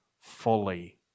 fully